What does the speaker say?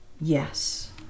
yes